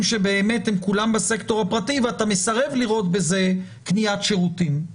שבאמת הם כולם בסקטור הפרטי ואתה מסרב לראות בזה קניית שירותים.